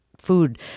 food